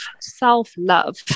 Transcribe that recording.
self-love